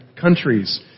countries